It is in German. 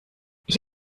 ich